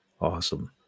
Awesome